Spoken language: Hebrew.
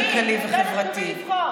כלכלי וחברתי.